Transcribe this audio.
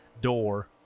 door